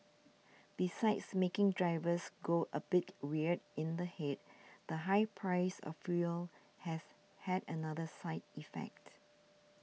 besides making drivers go a bit weird in the head the high price of fuel has had another side effect